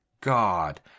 God